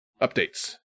Updates